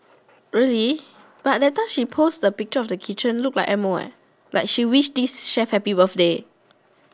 really but that time she post the picture of the kitchen look like M O eh like she wish this chef happy birthday